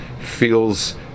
feels